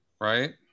right